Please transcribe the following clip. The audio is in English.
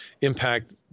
impact